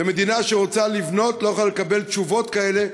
ומדינה שרוצה לבנות לא יכולה לקבל תשובות כאלה,